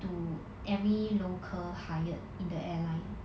to every local hired in the airline